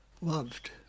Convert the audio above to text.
Loved